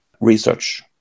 research